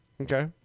Okay